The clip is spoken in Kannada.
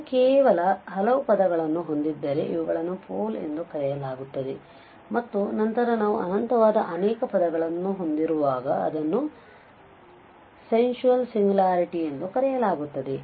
ಇದು ಕೇವಲ ಹಲವು ಪದಗಳನ್ನು ಹೊಂದಿದ್ದರೆ ಇವುಗಳನ್ನು ಪೋಲ್ ಗಳು ಎಂದು ಕರೆಯಲಾಗುತ್ತದೆ ಮತ್ತು ನಂತರ ನಾವು ಅನಂತವಾದ ಅನೇಕ ಪದಗಳನ್ನು ಹೊಂದಿರುವಾಗ ಅದನ್ನು ಸೆಂಶುವಲ್ ಸಿಂಗ್ಯುಲಾರಿಟಿ ಎಂದು ಕರೆಯಲಾಗುತ್ತದೆ